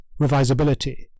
revisability